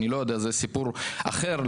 זה סיפור אחר.